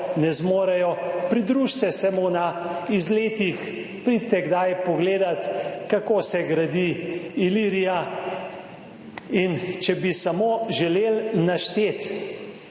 ne zmorejo. Pridružite se mu na izletih, pridite kdaj pogledati, kako se gradi Ilirija. In če bi samo želeli našteti